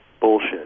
bullshit